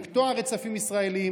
לקטוע רצפים ישראליים,